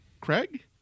Craig